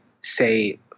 say